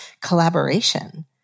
collaboration